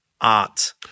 art